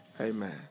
Amen